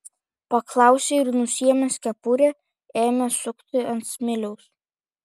paklausė ir nusiėmęs kepurę ėmė sukti ant smiliaus